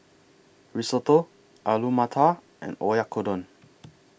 Risotto Alu Matar and Oyakodon